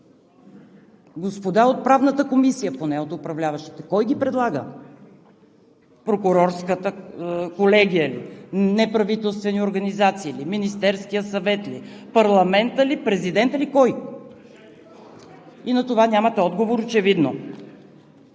Господа от Правната комисия поне – от управляващите: кой ги предлага? Прокурорската колегия ли, неправителствени организации ли, Министерският съвет ли, парламентът ли, президентът ли, кой? (Реплики от ГЕРБ.) И на това нямате отговор очевидно.